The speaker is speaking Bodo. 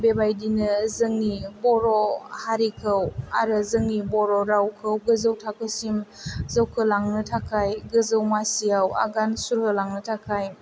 बेबायदिनो जोंनि बर' हारिखौ आरो जोंनि बर' रावखौ गोजौ थाखोसिम जौखोलांनो थाखाय गोजौ मासियाव आगान सुरहोलांनो थाखाय